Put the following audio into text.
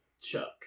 Chuck